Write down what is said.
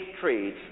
trade